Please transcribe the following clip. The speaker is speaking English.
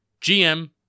GM